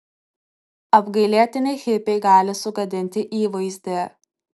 apgailėtini hipiai gali sugadinti įvaizdį